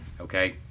Okay